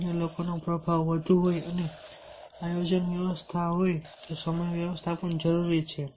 અન્ય લોકોનો પ્રભાવ વધુ હોય અને આયોજન વ્યવસ્થા હોય તો સમય વ્યવસ્થાપન જરૂરી છે